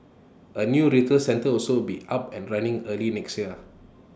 A new retail centre will also be up and running early next year